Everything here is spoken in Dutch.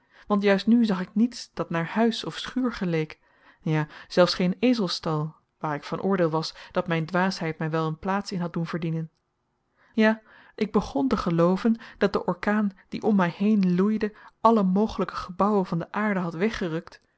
want juist nu zag ik niets dat naar huis of schuur geleek ja zelfs geen ezelsstal waar ik van oordeel was dat mijn dwaasheid mij wel een plaats in had doen verdienen ja ik begon te gelooven dat de orkaan die om mij heen loeide alle mogelijke gebouwen van de aarde had weggerukt